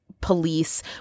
police